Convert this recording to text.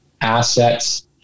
assets